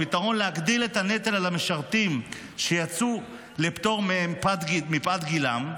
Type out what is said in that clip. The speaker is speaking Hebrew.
להגדיל את הנטל על המשרתים שיצאו לפטור מפאת גילם,